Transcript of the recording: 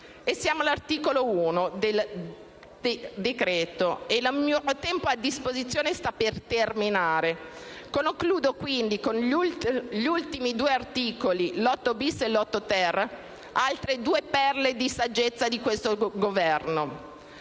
solo all'articolo 1 del decreto e il tempo a mia disposizione sta per terminare. Concludo quindi con gli ultimi due articoli, l'8-*bis* e l'8-*ter*, altre due perle di saggezza di questo Governo.